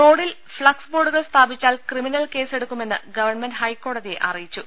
റോഡിൽ ഫ്ളക്സ് ബോർഡുകൾ സ്ഥാപിച്ചാൽ ക്രിമിനൽ കേസെ ടുക്കുമെന്ന് ഗവൺമെന്റ് ഹൈക്കോടതിയെ അറിയിച്ചു